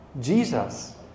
Jesus